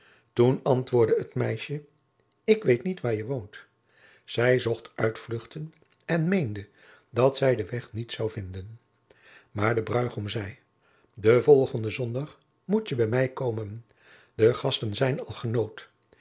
toen antwoordde het meisje ik weet niet waar je woont zij zocht uitvluchten en meende dat zij den weg niet zou vinden maar de bruigom zei den volgenden zondag moet je bij mij komen de gasten zijn al genood